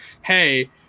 hey